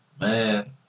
Man